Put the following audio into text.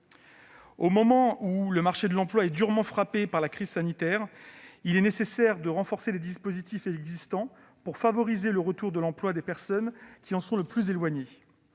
Au moment où le marché de l'emploi est durement frappé par la crise sanitaire, il est nécessaire de renforcer les dispositifs existants pour favoriser le retour à l'emploi des personnes qui en sont le plus éloignées.